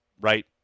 right